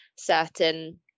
certain